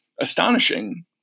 astonishing